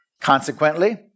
Consequently